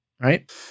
right